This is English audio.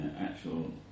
actual